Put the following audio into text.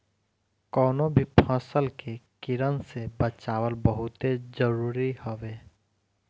कवनो भी फसल के कीड़न से बचावल बहुते जरुरी हवे